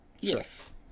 Yes